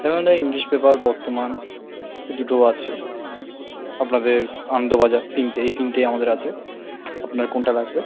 হ্যাঁ madam English paper Bartaman এ দুটো আছে আপনাদের আনন্দবাজার তিনটে এই তিনটে আমাদের আছে আপনার কোনটা লাগবে